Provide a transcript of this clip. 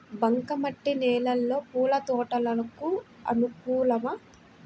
బంక మట్టి నేలలో పూల తోటలకు అనుకూలమా?